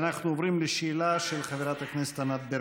אנחנו עוברים לשאלה של חברת הכנסת ענת ברקו,